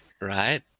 right